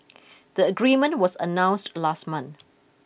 the agreement was announced last month